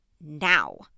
now